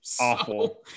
awful